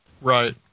right